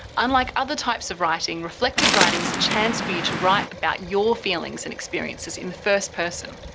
unlike other types of writing, reflective writing is a chance for you to write about your feelings and experiences in the first person.